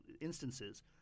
instances